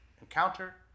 encounter